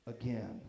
again